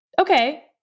okay